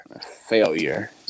Failure